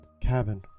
cabin